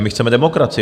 My chceme demokracii.